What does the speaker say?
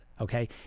Okay